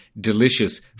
delicious